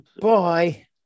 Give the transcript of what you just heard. Bye